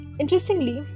interestingly